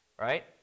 right